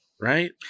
right